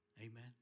Amen